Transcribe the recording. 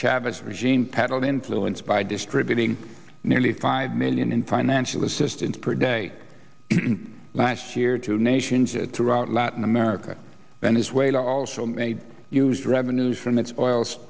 chavez regime peddle influence by distributing nearly five million in financial assistance per day last year to nations that throughout latin america venezuela also made use revenues from its oil